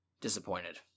disappointed